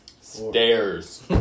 Stairs